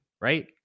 right